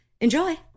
Enjoy